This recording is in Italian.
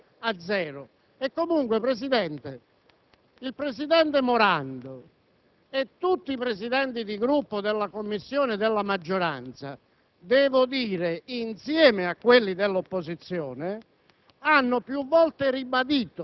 quindi non è vero che non c'è proprio niente, mentre sull'articolo 18 abbiamo dedicato un giorno all'illustrazione degli emendamenti e abbiamo anche un po' dialogato tra noi, quindi non siamo proprio a zero. E comunque, Presidente,